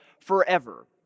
forever